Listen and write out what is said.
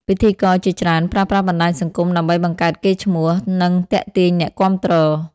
ពិធីករជាច្រើនប្រើប្រាស់បណ្ដាញសង្គមដើម្បីបង្កើតកេរ្តិ៍ឈ្មោះ និងទាក់ទាញអ្នកគាំទ្រ។